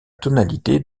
tonalité